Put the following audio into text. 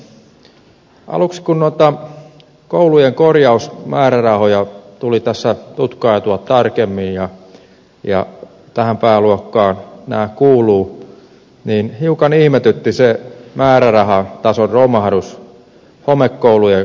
aluksi kun noita koulujen korjausmäärärahoja tuli tässä tutkailtua tarkemmin ja kun tähän pääluokkaan nämä kuuluvat niin hiukan ihmetytti se määrärahatason romahdus homekoulujen korjausavustusten osalta